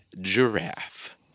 Giraffe